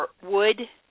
wood